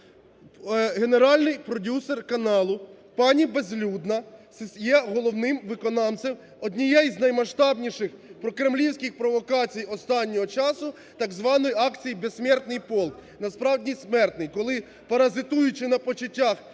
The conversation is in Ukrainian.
Генеральний продюсер каналу пані Безлюдна є головним виконавцем однієї з наймаштабнійших прокремлівських провокацій останнього часу – так званої акції "Бессмертный полк", насправді, смертний. Коли паразитуючи на почуттях